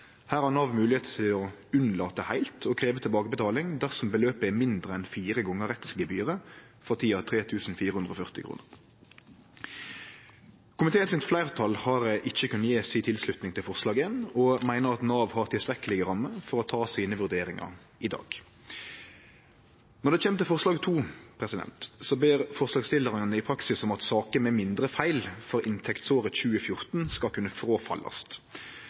Her har Nav moglegheit til å unnlate heilt å krevje tilbake betaling dersom beløpet er mindre enn fire gongar rettsgebyret, for tida 3 440 kr. Fleirtalet i komiteen har ikkje kunna gje si tilslutning til forslaget og meiner at Nav har tilstrekkelege rammer for å ta sine vurderingar i dag. Når det kjem til forslag nr. 2, ber forslagsstillarane i praksis om at saker med mindre feil for inntektsåret 2014, skal kunne fråfallast.